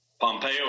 Pompeo